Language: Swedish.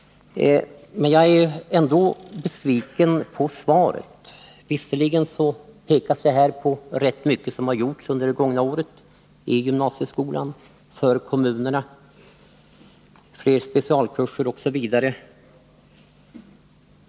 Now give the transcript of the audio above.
Men jag är ändå besviken på svaret. Visserligen pekar arbetsmarknadsministern på rätt mycket som har gjorts under det gångna året: Ökade resurser till gymnasieskolan, fler specialkurser, nya möjligheter för kommunerna osv.